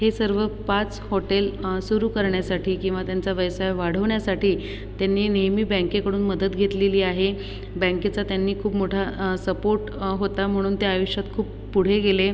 हे सर्व पाच हॉटेल सुरू करण्यासाठी किंवा त्यांचा व्यवसाय वाढवण्यासाठी त्यांनी नेहमी बँकेकडून मदत घेतलेली आहे बँकेचा त्यांनी खूप मोठा सपोर्ट होता म्हणून ते आयुष्यात खूप पुढे गेले